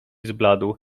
zbladł